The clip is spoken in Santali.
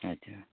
ᱟᱪᱪᱷᱟ